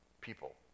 people